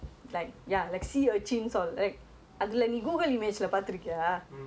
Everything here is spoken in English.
mm ya ya the life of pi lah